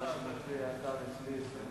מזמין את חבר הכנסת יוחנן פלסנר.